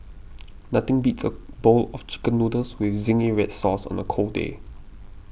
nothing beats a bowl of Chicken Noodles with Zingy Red Sauce on the cold day